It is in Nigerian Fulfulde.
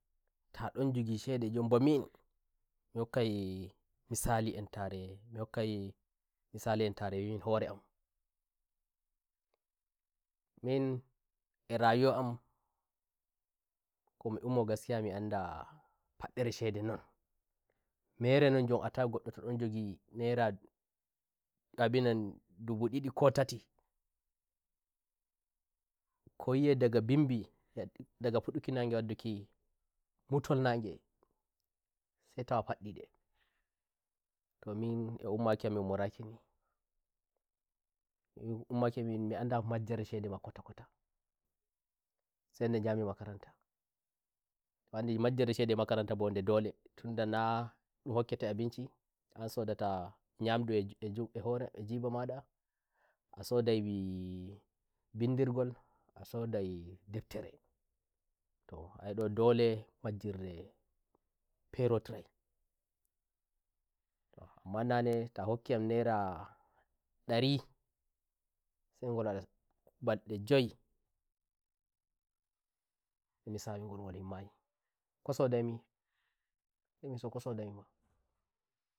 ta njogi shede njon mba minmi hokkai misali entare min hore ammin e rayuwa amkomi ummo gaskiya mi anda faddere shede nonmere non njon a tawai ngoddo ta ndon njoginaira abinan ndubu ndi ndi ko tatiko yi'e daga mbimbidaga fudduki nage waddukimutol nagesai tawa faddideto min e ummaki am mi ummoraki ni min ummaki am mi anda majjere shede ma kota kotasai nde njami makarantato a andi majjikin shede eh makaranta mbo nde doletunda na ndum hokkete abincian sodata nyandu e "juju e hore e njiba ma nda"a sodai mbindirgol a sodai deftere tohayi ndole majjirre perotiraitoh amma nane ta hokki yam naira dari sai ngol wada balde njoyiemi sawi ngol himmayiko sodai misai mi hiso ko shodai mi ma